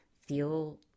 feel